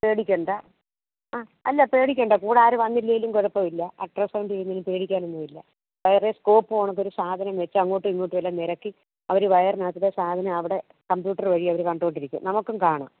പേടിക്കേണ്ട ആ അല്ല പേടിക്കേണ്ട കൂടെ ആര് വന്നില്ലെങ്കിലും കുഴപ്പമില്ല അൾട്രാസൗണ്ട് ചെയ്യൂന്നതിന് പേടിക്കാനൊന്നുമില്ല അവർ സ്കോപ്പ് പോലത്തെ ഒരു സാധനം വെച്ച് അങ്ങോട്ടും ഇങ്ങോട്ടും എല്ലാം ഞരക്കി അവർ വയറിനകത്തെ സാധനം അവിടെ കമ്പ്യൂട്ടർ വഴി അവർ കണ്ടുകൊണ്ടിരിക്കും നമുക്കും കാണാം